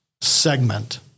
segment